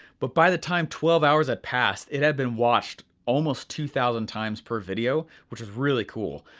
but by the time twelve hours had passed, it had been watched almost two thousand times per video, which was really cool.